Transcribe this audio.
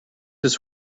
his